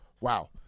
Wow